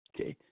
okay